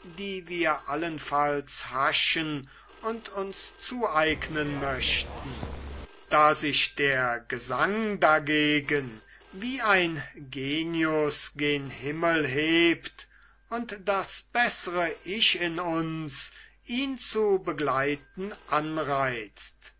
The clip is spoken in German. die wir allenfalls haschen und uns zueignen möchten da sich der gesang dagegen wie ein genius gen himmel hebt und das bessere ich in uns ihn zu begleiten anreizt